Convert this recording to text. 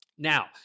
Now